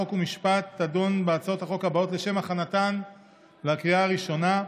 חוק ומשפט תדון בהצעות החוק הבאות לשם הכנתן לקריאה הראשונה: